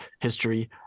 history